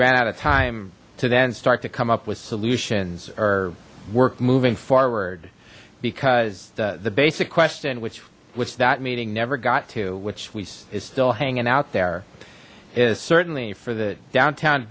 ran out of time to then start to come up with solutions or work moving forward because the the basic question which which that meeting never got to which we is still hanging out there is certainly for the downtown